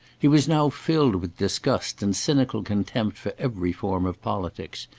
he was now filled with disgust and cynical contempt for every form of politics.